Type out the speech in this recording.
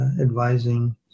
advising